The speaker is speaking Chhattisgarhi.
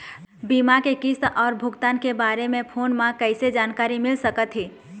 बीमा के किस्त अऊ भुगतान के बारे मे फोन म कइसे जानकारी मिल सकत हे?